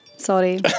Sorry